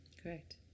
Correct